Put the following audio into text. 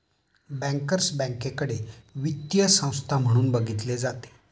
bankers बँकेकडे वित्तीय संस्था म्हणून बघितले जाते